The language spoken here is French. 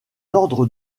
ordres